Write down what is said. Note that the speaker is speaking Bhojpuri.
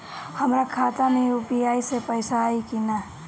हमारा खाता मे यू.पी.आई से पईसा आई कि ना?